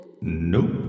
Nope